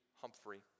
Humphrey